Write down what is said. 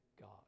God